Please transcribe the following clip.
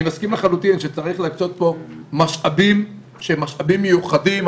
אני מסכים לחלוטין שצריך להקצות משאבים שהם משאבים מיוחדים.